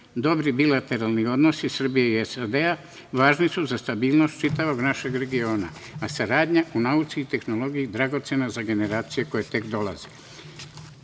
Dobri bilateralni odnosi Srbije i SAD važni su za stabilnost čitavog našeg regiona, a saradnja u nauci i tehnologiji je dragocena za generacije koje tek